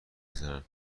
بزنن